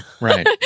Right